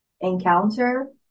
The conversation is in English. encounter